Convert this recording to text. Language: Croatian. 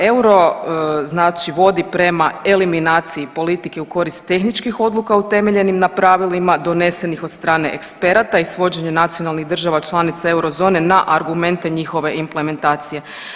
Euro znači vodi prema eliminaciji politike u korist tehničkih odluka utemeljenim na pravilima donesenih od strane eksperata i svođenje nacionalnih država članica eurozone na argumente njihove implementacije.